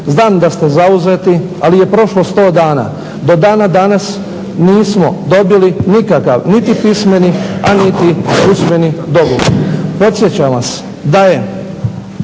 Znam da ste zauzeti, ali je prošlo 100 dana. Do dana danas nismo dobili nikakav niti pismeni, a niti usmeni dogovor. Podsjećam vas da je